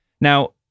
now